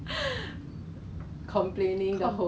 four weeks is like forty eight dollars